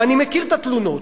ואני מכיר את התלונות,